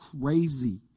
crazy